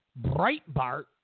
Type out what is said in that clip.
Breitbart